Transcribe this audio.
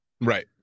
Right